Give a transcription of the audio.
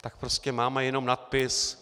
Tak prostě máme jenom nadpis.